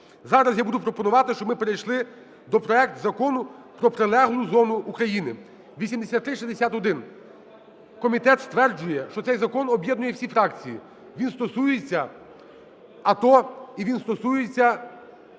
Зараз я буду пропонувати, щоб ми перейшли до проекту Закону про прилеглу зону України (8361). Комітет стверджує, що цей закон об'єднує всі фракції. Він стосується АТО, і він стосується